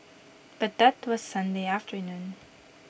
but that was Sunday afternoon